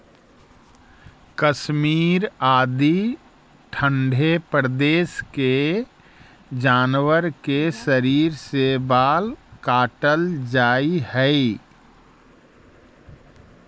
कश्मीर आदि ठण्ढे प्रदेश के जानवर के शरीर से बाल काटल जाऽ हइ